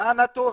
מה הנתונים